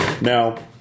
Now